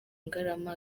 ngarama